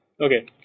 okay